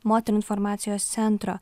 moterų informacijos centro